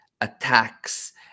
attacks